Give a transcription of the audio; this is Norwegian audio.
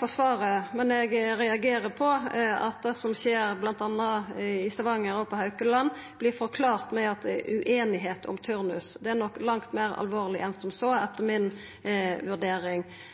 for svaret, men eg reagerer på at det som skjer bl.a. i Stavanger og på Haukeland, vert forklart med at det er ueinigheit om turnus. Det er nok langt meir alvorleg enn som så etter mi vurdering.